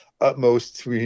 utmost